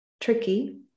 tricky